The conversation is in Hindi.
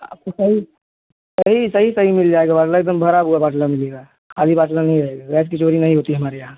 आपको सही सही सही सही मिल जाएगा बाटला एक दम भरा हुआ बाटला मिलेगा आधा बाटला नहीं रहेगा गैस की चोरी नहीं होती हमारे यहाँ